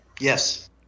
Yes